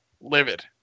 livid